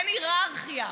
תן הייררכיה,